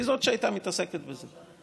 היא זאת שהייתה מעסקת בזה.